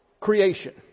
creation